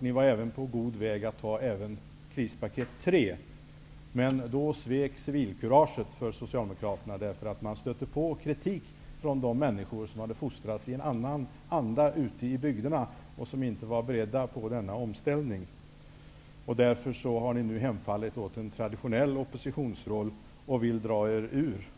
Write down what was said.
Ni var även på god väg att godta krispaket nr 3, men då svek civilkuraget för Socialdemokraterna, eftersom ni stötte på kritik från de människor som hade fostrats i en annan anda ute i bygderna och som inte var beredda på denna omställning. Därför har ni nu hemfallit åt en traditionell oppositionsroll och vill dra er ur.